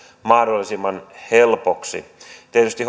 mahdollisimman helpoksi tietysti